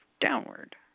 downward